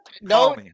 No